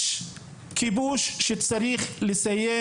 יש כיבוש שצריך לסיים,